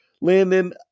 Landon